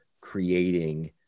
creating